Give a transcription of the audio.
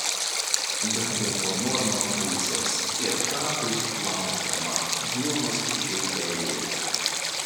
davė po normą buizos ir tą taip laukiamą duonos žiauberėlę